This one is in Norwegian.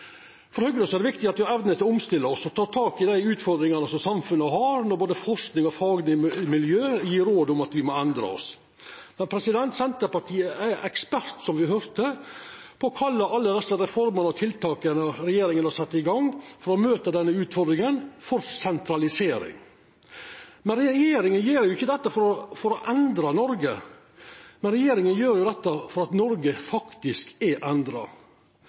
For Høgre er det viktig at me har evna til å omstilla oss og ta tak i dei utfordringane som samfunnet har, når både forsking og faglege miljø gjev råd om at me må endra oss. Senterpartiet er ekspert, som me høyrde, på å kalla alle desse reformene og tiltaka som regjeringa har sett i gang for å møta denne utfordringa, for sentralisering. Men regjeringa gjer jo ikkje dette for å endra Noreg. Regjeringa gjer dette fordi Noreg faktisk er endra